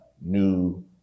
new